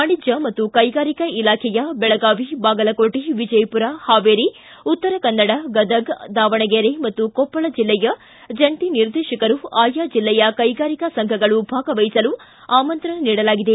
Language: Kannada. ವಾಣಿಜ್ಞ ಮತ್ತು ಕೈಗಾರಿಕೆ ಇಲಾಖೆಯ ಬೆಳಗಾವಿ ಬಾಗಲಕೋಟೆ ವಿಜಯಮರ ಹಾವೇರಿ ಉತ್ತರಕನ್ನಡ ಗದಗ ದಾವಣಗೆರೆ ಹಾಗೂ ಕೊಪ್ಪಳ ಜಿಲ್ಲೆಯ ಜಂಟಿ ನಿರ್ದೇಶಕರು ಆಯಾ ಜಿಲ್ಲೆಯ ಕೈಗಾರಿಕಾ ಸಂಘಗಳು ಭಾಗವಹಿಸಲು ಆಮಂತ್ರಣ ನೀಡಲಾಗಿದೆ